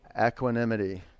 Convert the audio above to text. equanimity